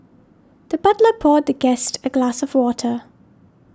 the butler poured the guest a glass of water